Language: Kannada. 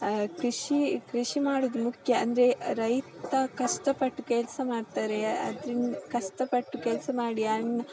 ಕೃಷಿ ಕೃಷಿ ಮಾಡುವುದು ಮುಖ್ಯ ಅಂದರೆ ರೈತ ಕಷ್ಟಪಟ್ಟು ಕೆಲಸ ಮಾಡ್ತಾರೆ ಅದ್ರಿಂದ ಕಷ್ಟಪಟ್ಟು ಕೆಲಸ ಮಾಡಿ ಅನ್ನ